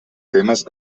temes